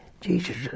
Jesus